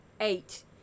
eight